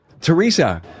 Teresa